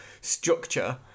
structure